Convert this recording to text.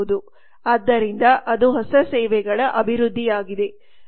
ಆದ್ದರಿಂದ ಅದು ಹೊಸ ಸೇವೆಗಳ ಅಭಿವೃದ್ಧಿಯಾಗಿದೆ